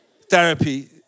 therapy